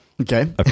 Okay